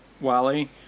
Wally